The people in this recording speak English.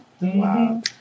Wow